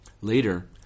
Later